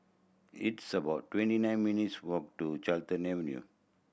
it's about twenty nine minutes' walk to Carlton Avenue